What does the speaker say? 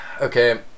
Okay